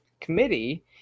committee